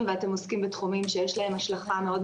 ואתם עוסקים בתחומים שיש להם השלכה מאוד,